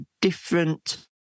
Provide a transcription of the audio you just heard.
different